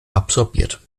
absorbiert